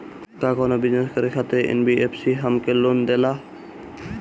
का कौनो बिजनस करे खातिर एन.बी.एफ.सी हमके लोन देला?